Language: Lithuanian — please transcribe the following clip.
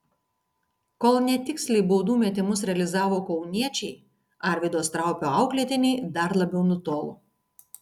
kol netiksliai baudų metimus realizavo kauniečiai arvydo straupio auklėtiniai dar labiau nutolo